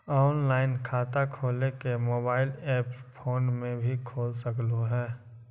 Online खाता खोले के मोबाइल ऐप फोन में भी खोल सकलहु ह?